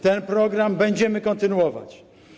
Ten program będziemy kontynuować.